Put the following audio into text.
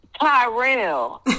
Tyrell